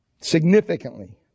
significantly